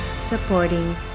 supporting